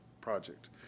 project